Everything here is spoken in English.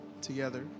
together